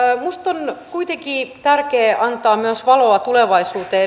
minusta on kuitenkin tärkeä antaa myös valoa tulevaisuuteen